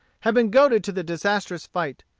had been goaded to the disastrous fight.